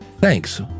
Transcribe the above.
thanks